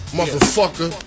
Motherfucker